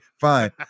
fine